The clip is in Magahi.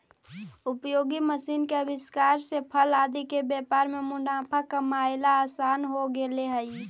उपयोगी मशीन के आविष्कार से फल आदि के व्यापार में मुनाफा कमाएला असान हो गेले हई